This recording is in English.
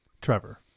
Trevor